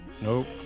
Nope